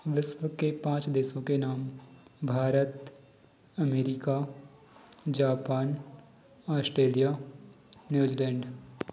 विश्व के पाँच देशों के नाम Bharat America Japan Australia New Zealand